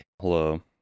Hello